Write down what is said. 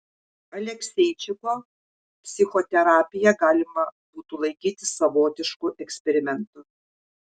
alekseičiko psichoterapiją galima būtų laikyti savotišku eksperimentu